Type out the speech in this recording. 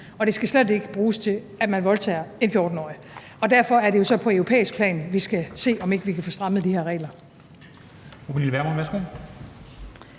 og det skal slet ikke bruges til, at man voldtager en 14-årig. Derfor er det jo så på europæisk plan, vi skal se om ikke vi kan få strammet de her regler.